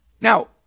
Now